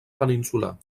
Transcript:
peninsular